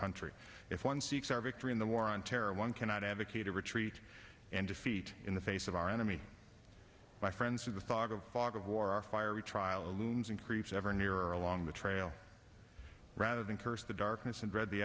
country if one seeks our victory in the war on terror one cannot advocate a retreat and defeat in the face of our enemy my friends with the thought of fog of war a fiery trial looms increase ever nearer along the trail rather than curse the darkness and dread the